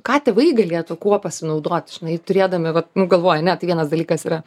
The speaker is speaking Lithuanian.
ką tėvai galėtų kuo pasinaudoti žinai turėdami vat nu galvoj ane tai vienas dalykas yra